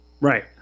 Right